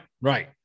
Right